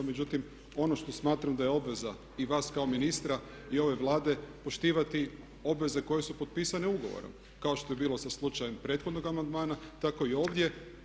Međutim, ono što smatram da je obveza i vas kao ministra i ove Vlade poštivati obveze koje su potpisane ugovorom kao što je bilo sa slučajem prethodnog amandmana, tako i ovdje.